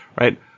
right